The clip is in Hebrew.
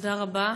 תודה רבה.